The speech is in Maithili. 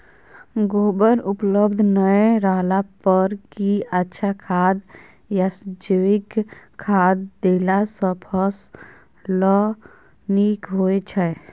गोबर उपलब्ध नय रहला पर की अच्छा खाद याषजैविक खाद देला सॅ फस ल नीक होय छै?